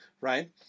right